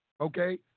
okay